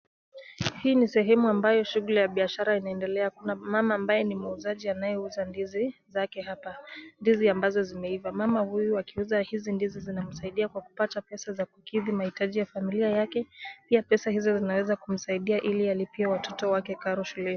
Hii ni sehemu ambayo shughuli ya biashara inaendelea. Kuna mama ambaye ni muuzaji anayeuza ndizi zake hapa. Ndizi ambazo zimeiva, mama huyu akiuza hizi ndizi zinamsaidia kwa kupata pesa za kukidhi mahitaji ya familia yake. Pia pesa hizo zinaweza kumsaidia ili alipie watoto wake karo shuleni.